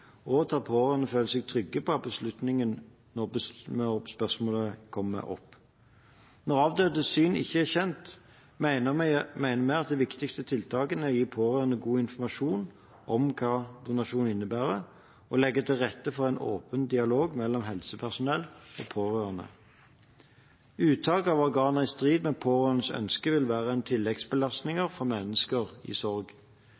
og til at pårørende føler seg trygge på beslutningen når spørsmålet kommer opp. Når avdødes syn ikke er kjent, mener vi at de viktigste tiltakene er å gi pårørende god informasjon om hva donasjon innebærer og å legge til rette for en åpen dialog mellom helsepersonell og pårørende. Uttak av organer i strid med pårørendes ønske vil være en tilleggsbelastning for mennesker i sorg.